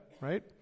right